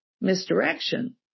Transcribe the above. misdirection